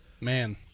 Man